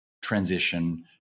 transition